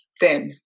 thin